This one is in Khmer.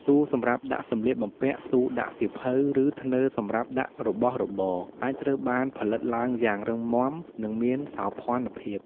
ទូសម្រាប់ដាក់សម្លៀកបំពាក់ ទូដាក់សៀវភៅ ឬធ្នើសម្រាប់ដាក់របស់របរ អាចត្រូវបានផលិតឡើងយ៉ាងរឹងមាំ និងមានសោភ័ណភាព។